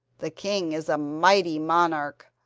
the king is a mighty monarch,